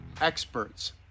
experts